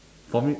for me